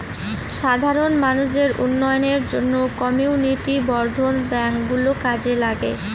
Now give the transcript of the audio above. সাধারণ মানুষদের উন্নয়নের জন্য কমিউনিটি বর্ধন ব্যাঙ্ক গুলো কাজে লাগে